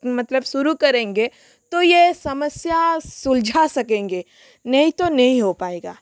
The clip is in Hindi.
मतलब शुरू करेंगे तो ये समस्या सुलझा सकेंगे नहीं तो नहीं हो पाएगा